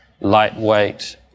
lightweight